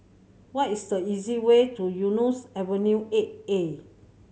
what is the easiest way to Eunos Avenue Eight A